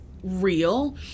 real